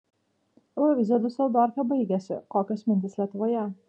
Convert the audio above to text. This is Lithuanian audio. eurovizija diuseldorfe baigėsi kokios mintys lietuvoje